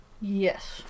yes